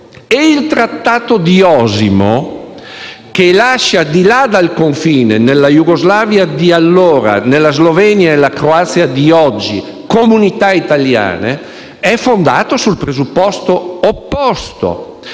il Trattato di Osimo, che lascia di là dal confine, nella Jugoslavia di allora, nella Slovenia e nella Croazia di oggi, comunità italiane, è fondato sul presupposto opposto,